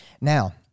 Now